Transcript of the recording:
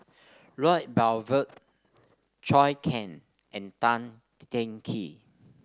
Lloyd Zhou Can and Tan Teng Kee